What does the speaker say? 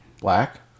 Black